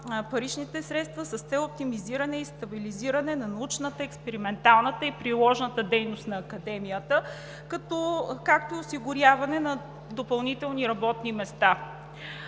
паричните средства с цел оптимизиране и стабилизиране на научната, експерименталната и приложната дейност на Академията, както и осигуряване на допълнителни работни места.